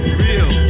real